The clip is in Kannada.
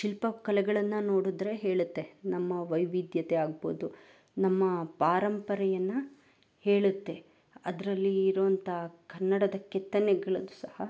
ಶಿಲ್ಪಕಲೆಗಳನ್ನು ನೋಡಿದ್ರೆ ಹೇಳುತ್ತೆ ನಮ್ಮ ವೈವಿಧ್ಯತೆ ಆಗ್ಬೋದು ನಮ್ಮ ಪಾರಂಪರೆಯನ್ನು ಹೇಳುತ್ತೆ ಅದರಲ್ಲಿ ಇರೋಂಥ ಕನ್ನಡದ ಕೆತ್ತನೆಗಳದ್ದೂ ಸಹ